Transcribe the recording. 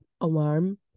alarm